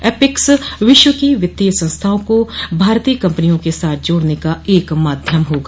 epics विश्व की वित्तीय संस्थाओं को भारतीय कंपनियों के साथ जोडने का एक माध्यम होगा